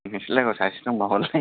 नोंसोर लागोआव सासे दंब्ला हरलाय